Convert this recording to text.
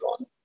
on